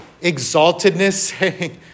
exaltedness